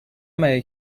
مگه